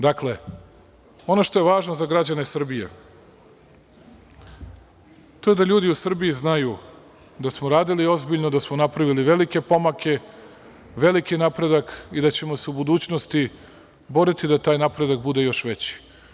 Dakle, ono što je važno za građane Srbije, to je da ljudi u Srbiji znaju da smo radili ozbiljno, da smo napravili velike pomake, veliki napredak i da ćemo se u budućnosti boriti da taj napredak bude još veći.